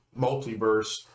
multiverse